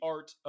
Art